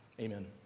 amen